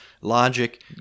logic